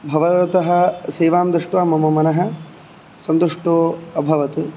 भवतः सेवां दृष्ट्वा मम मनः सन्तुष्टो अभवत्